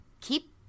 keep